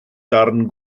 darn